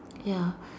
ya